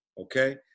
Okay